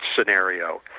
scenario